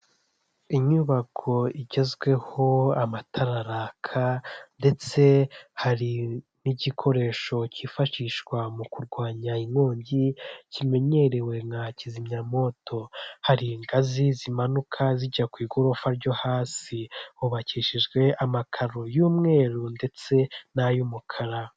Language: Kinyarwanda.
Inyubako igezweho, amatara araka ndetse hari n'igikoresho kifashishwa mu kurwanya inkongi, kimenyerewe nka kizimyamwoto hari ingazi zimanuka zijya ku igorofa ryo hasi, hubakishijwe amakaro y'umweru ndetse n'ay'umukara.